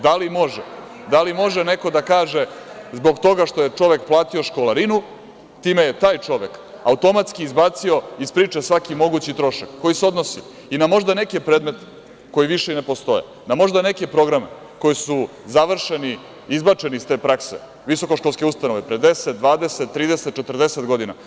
Da li može neko da kaže zbog toga što je čovek platio školarinu, time je taj čovek automatski izbacio iz priče svaki mogući trošak koji se odnosi i na možda neke predmete koji više i ne postoje, na možda neke programe koji su završeni, izbačeni iz te prakse, visokoškolske ustanove pre 10, 20, 30, 40 godina.